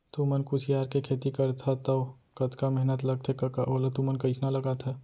तुमन कुसियार के खेती करथा तौ कतका मेहनत लगथे कका ओला तुमन कइसना लगाथा